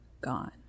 gone